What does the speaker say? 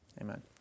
amen